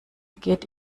geht